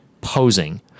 posing